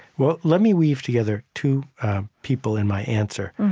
well, let me weave together two people in my answer.